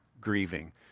grieving